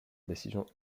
décision